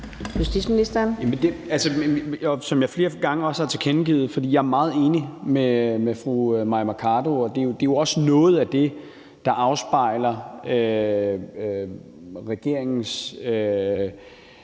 Hummelgaard): Det har jeg flere gange tilkendegivet, for jeg er meget enig med fru Mai Mercado, og det er jo også noget af det, der afspejles i regeringens